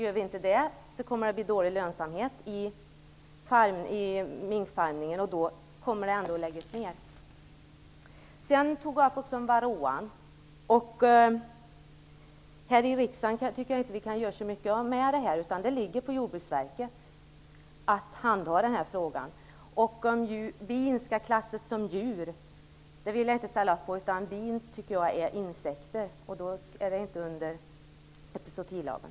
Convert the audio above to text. Om vi inte gör det kommer lönsamheten för minkfarmarna att bli dålig, och de kommer att läggas ned. Gudrun Lindvall tog också upp frågan om varroakvalstret. Jag tycker inte att riksdagen kan göra så mycket åt detta - det är Jordbruksverket som skall handha frågan. Jag tycker inte att bin skall klassas som djur. Jag tycker att de är insekter. De skall alltså inte hamna under epizootilagen.